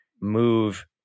move